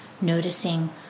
Noticing